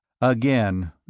Again